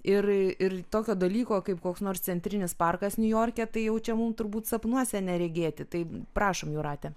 ir ir tokio dalyko kaip koks nors centrinis parkas niujorke tai jau čia mum turbūt sapnuose neregėti tai prašom jūrate